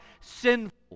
sinful